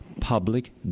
public